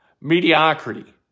mediocrity